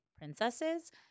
Princesses